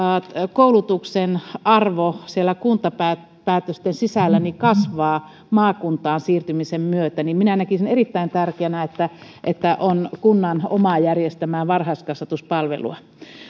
koulutuksen arvo kuntapäätösten sisällä kasvaa maakuntaan siirtymisen myötä minä näkisin erittäin tärkeänä että että on kunnan itse järjestämää varhaiskasvatuspalvelua